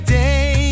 day